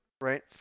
right